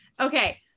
Okay